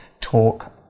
talk